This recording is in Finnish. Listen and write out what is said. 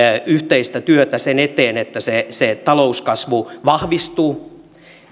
yhteistä työtä sen eteen että se se talouskasvu vahvistuu